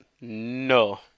no